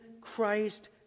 Christ